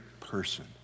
person